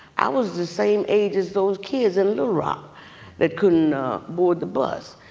i was the same age as those kids in little rock that couldn't board the bus.